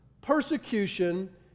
persecution